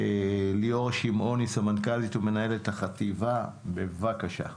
ליאור שמעוני סמנכ"לית ומנהלת החטיבה, בבקשה.